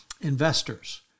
investors